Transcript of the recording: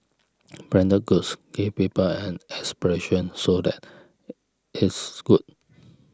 branded goods give people an aspiration so that is good